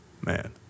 Man